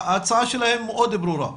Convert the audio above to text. ההצעה שלהם מאוד ברורה.